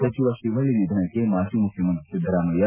ಸಚಿವ ಶಿವಳ್ಳಿ ನಿಧನಕ್ಕೆ ಮಾಜಿ ಮುಖ್ಶಮಂತ್ರಿ ಸಿದ್ದರಾಮಯ್ಯ